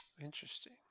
Interesting